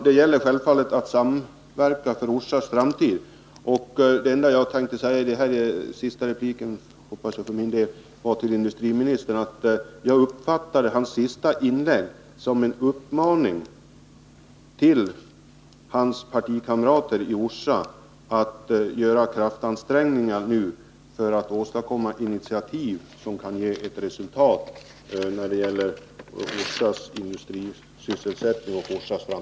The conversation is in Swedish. Det gäller självfallet att samverka för Orsas framtid, och det enda jag tänkte säga i denna min, hoppas jag, sista replik i denna debatt är att jag uppfattade industriministerns senaste inlägg som en uppmaning till hans partikamrater i Orsa att göra kraftansträngningar nu för att åstadkomma initiativ, som kan ge resultat när det gäller Orsas industrisysselsättning och Orsas framtid.